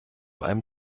einem